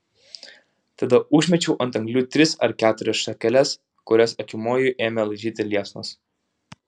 tada užmečiau ant anglių tris ar keturias šakeles kurias akimoju ėmė laižyti liepsnos